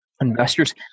investors